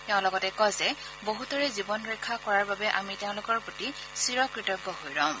তেওঁ লগতে কয় যে বহুতৰে জীৱন ৰক্ষা কৰাৰ বাবে আমি তেওঁলোকৰ প্ৰতি চিৰকৃতঞ্চ হৈ ৰম